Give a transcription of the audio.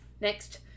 Next